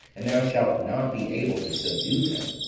and thou shalt not be able to subdue them.